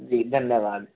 जी धन्यवाद